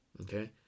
Okay